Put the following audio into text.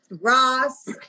Ross